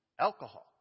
alcohol